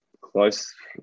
close